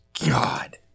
God